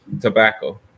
tobacco